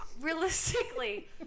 realistically